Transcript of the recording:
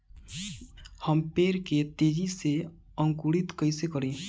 हम पेड़ के तेजी से अंकुरित कईसे करि?